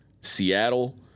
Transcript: Seattle